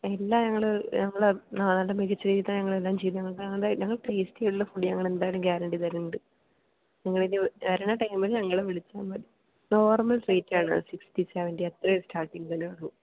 എല്ലാം ഞങ്ങൾ ഞങ്ങൾ നല്ല മികച്ച രീതിയിൽ തന്നെ ഞങ്ങൾ എല്ലാം ചെയ്ത് തരും ഞങ്ങൾ ഞങ്ങൾ ടേസ്റ്റി ആയിട്ടുള്ള ഫുഡ് ഞങ്ങൾ എന്തായാലും ഗാരണ്ടി തരുന്നുണ്ട് നിങ്ങൾ വരുന്ന ടൈമിൽ ഞങ്ങളെ വിളിച്ചാൽ മതി നോർമൽ റേറ്റ് ആണ് സിക്സ്റ്റി സെവൻ്റി അത്രയൊക്കെ ചാർജിങ് വരുള്ളൂ